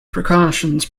precautions